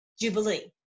jubilee